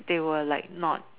they were like not